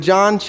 John